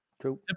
True